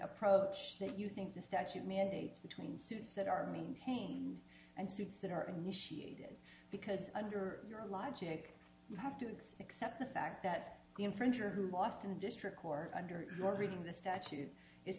approach that you think the statute mandates between suits that are maintain and suits that are initiated because under your logic you have to accept the fact that the infringer who lost in the district court under your reading the statute is